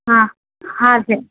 ஆ ஆ சரி